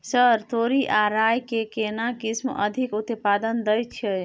Sir तोरी आ राई के केना किस्म अधिक उत्पादन दैय छैय?